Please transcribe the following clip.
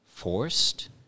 Forced